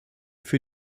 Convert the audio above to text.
für